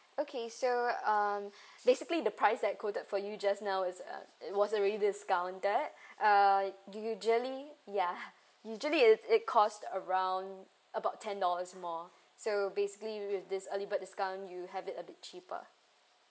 okay so um basically the price that I coded for you just now it's uh was already discounted uh usually ya usually it~ it cost around about ten dollars more so basically with this early bird discount you have it a bit cheaper